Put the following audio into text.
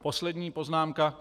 Poslední poznámka.